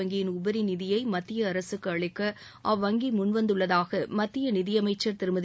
வங்கியின் உபரி நிதியை மத்திய அரசுக்கு அளிக்க அவ்வங்கி முன்வந்துள்ளதாக மத்திய நிதியமைச்சர் திருமதி